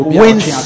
wins